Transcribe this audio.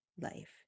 life